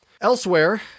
Elsewhere